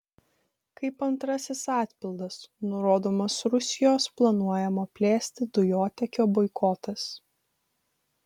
kaip antrasis atpildas nurodomas rusijos planuojamo plėsti dujotiekio boikotas